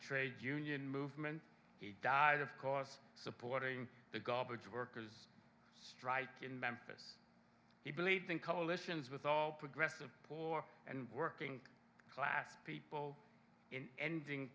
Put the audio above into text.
trade union movement he died of course supporting the garbage workers strike in memphis he believed in coalitions with all progressive poor and working class people in ending